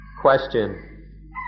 Question